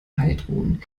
heidrun